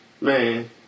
Man